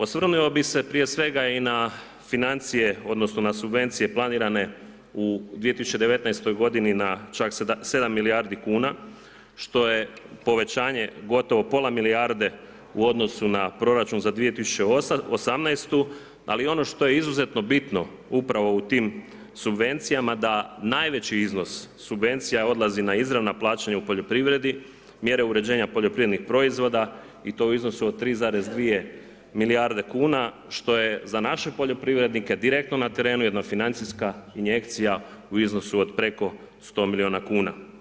Osvrnuo bi se prije svega i na financije odnosno na subvencije planirane u 2019. godini na čak 7 milijardi kuna što je povećanje gotovo pola milijarde u odnosu na proračun za 2018., ali ono što je izuzetno bitno upravo u tim subvencijama da najveći iznos subvencija odlazi na izravna plaćanja u poljoprivredi, mjere uređenja poljoprivrednih proizvoda i to u iznosu od 3,2 milijarde kuna što je za naše poljoprivrednike direktno na terenu jedna financijska injekcija u iznosu od preko 100 milijuna kuna.